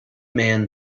man